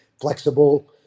flexible